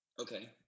okay